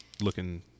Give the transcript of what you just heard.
looking